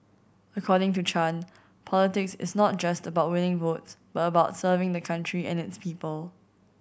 according to Chan politics is not just about winning votes but about serving the country and its people